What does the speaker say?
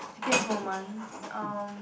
happiest moment um